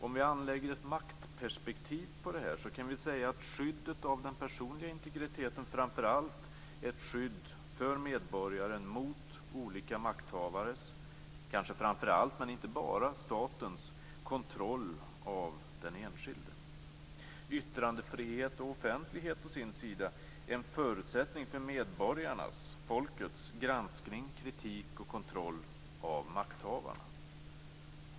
Om vi anlägger ett maktperspektiv på detta kan vi säga att skyddet av den personliga integriteten framför allt är ett skydd för medborgaren mot olika makthavares, kanske framför allt men inte bara statens, kontroll av den enskilde. Yttrandefrihet och offentlighet å sin sida är en förutsättning för medborgarnas, folkets, granskning, kritik och kontroll av makthavarna.